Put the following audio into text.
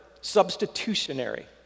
substitutionary